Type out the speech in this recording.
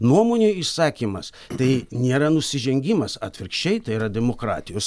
nuomonių išsakymas tai nėra nusižengimas atvirkščiai tai yra demokratijos